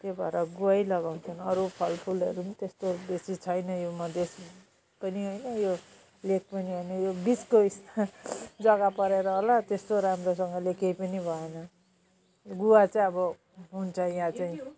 त्यो भएर गुवा लगाउँछन् अरू फलफुलहरू पनि त्यस्तै बेसी छैन यो मधेस पनि होइन यो लेक पनि होइन यो बिचको स्थान जगा परेर होला त्यस्तो राम्रोसँगले केही पनि भएन गुवा चाहिँ अब हुन्छ यहाँ चाहिँ